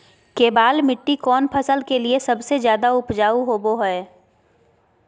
केबाल मिट्टी कौन फसल के लिए सबसे ज्यादा उपजाऊ होबो हय?